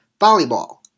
volleyball